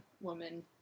woman